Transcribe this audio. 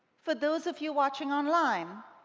for those of you watching online,